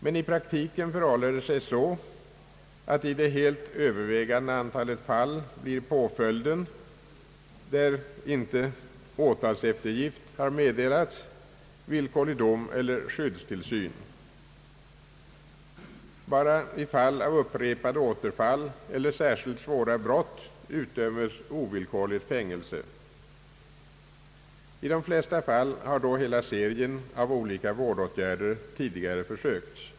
Men i praktiken förhåller det sig så att i det helt övervägande antalet fall blir påföljden — där inte åtalseftergift har meddelats — villkorlig dom eller skyddstillsyn. Endast i händelse av upprepade återfall eller särskilt svåra brott utdömes ovillkorligt fängelsestraff. I de flesta fall har då hela serien av olika vårdåtgärder tidigare försökts.